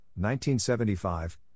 1975